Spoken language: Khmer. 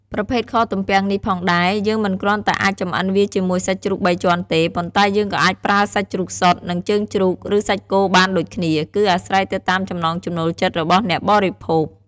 ប្រភេទខទំពាំងនេះផងដែរ យើងមិនគ្រាន់តែអាចចម្អិនវាជាមួយសាច់ជ្រូកបីជាន់ទេ ប៉ុន្តែយើងក៏អាចប្រើសាច់ជ្រូកសុទ្ធ ជើងជ្រូក ឬ សាច់គោបានដូចគ្នា គឺអាស្រ័យទៅតាមចំណង់ចំណូលចិត្តរបស់អ្នកបរិភោគ។